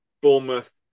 Bournemouth